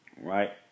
right